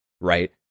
right